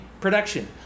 production